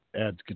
adds